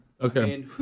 Okay